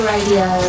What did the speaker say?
Radio